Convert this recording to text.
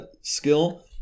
skill